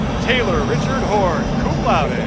taylor richard horn, cum laude. and